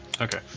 Okay